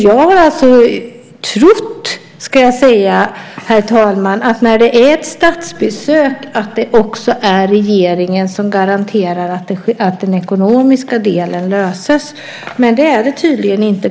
Jag har trott, herr talman, att när det är ett statsbesök är det regeringen som garanterar att den ekonomiska delen löses, men så är det tydligen inte.